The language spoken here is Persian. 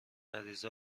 غریزه